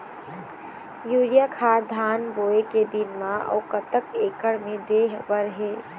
Urea खाद धान बोवे के दिन म अऊ कतक एकड़ मे दे बर हे?